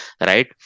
right